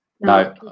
No